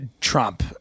Trump